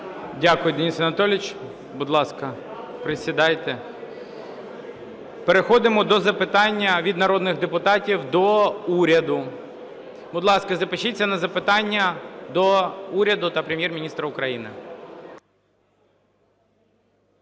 Дякую, Денис Анатолійович. Будь ласка, присідайте. Переходимо до запитання від народних депутатів до уряду. Будь ласка, запишіться на запитання до уряду та Прем'єр-міністра України.